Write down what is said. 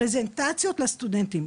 פרזנטציות לסטודנטים,